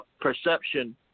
perception